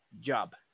job